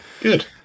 good